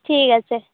ᱴᱷᱤᱠ ᱟᱪᱷᱮ